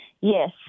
Yes